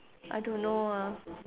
I don't know ah